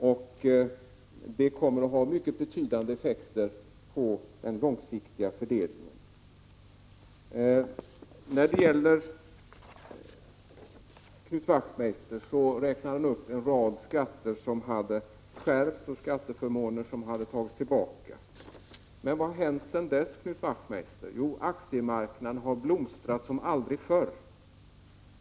Det kommer att ha mycket betydande effekter på den långsiktiga fördelningen. Knut Wachtmeister räknade upp en rad skatter som hade skärpts och skatteförmåner som hade tagits tillbaka av oss socialdemokrater. Men vad har hänt sedan dess, Knut Wachtmeister? Jo, aktiemarknaden har blomstrat som aldrig förr.